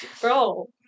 bro